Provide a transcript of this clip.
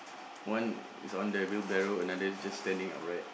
one is on the wheelbarrel another is just standing up right